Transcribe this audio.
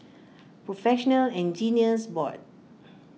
Professional Engineers Board